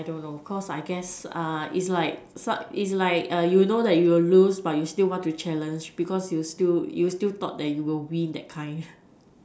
I don't know cause I guess is like is like you know that you will lose but you still want to challenge because you still you still thought that you will win that kind